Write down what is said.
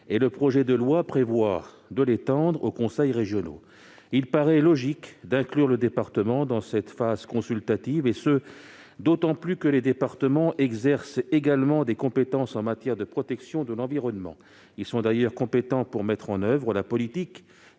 et le projet de loi prévoit de l'étendre aux conseils régionaux. Il paraît logique d'inclure le département dans cette phase consultative, d'autant plus que les départements exercent également des compétences en matière de protection de l'environnement. Ils sont d'ailleurs compétents pour mettre en oeuvre la politique